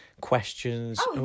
questions